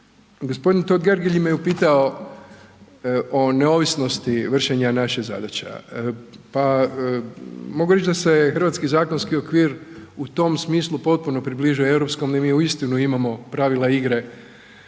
Gospodin Totgergeli me upitao o neovisnosti vršenja naših zadaća. Pa mogu reći da se hrvatski zakonski okvir u tom smislu potpuno približuje europskom i mi uistinu imamo pravila igre